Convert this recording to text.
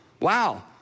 wow